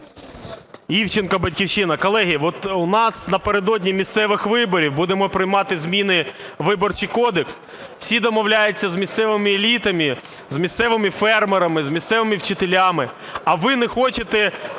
Івченко, "Батьківщина". Колеги, от у нас напередодні місцевих виборів будемо приймати зміни у Виборчий кодекс. Всі домовляються з місцевими елітами, з місцевими фермерами, з місцевими вчителями. А ви не хочете